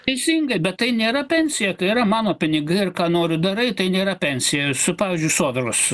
teisingai bet tai nėra pensija tai yra mano pinigai ir ką noriu darai tai nėra pensija su pavyzdžiui sodros